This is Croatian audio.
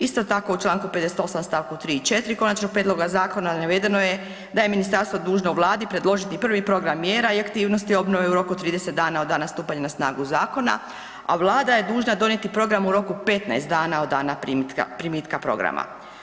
Isto tako u čl. 58. st. 3. i 4. konačnog prijedloga zakona navedeno je da je ministarstvo dužno vladi predložiti prvi program mjera i aktivnosti obnove u roku od 30 dana od dana stupanja na snagu zakona, a vlada je dužna donijeti program u roku 15 dana od dana primitka programa.